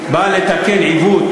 באה לתקן עיוות